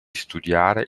studiare